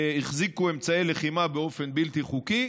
החזיקו אמצעי לחימה באופן בלתי חוקי,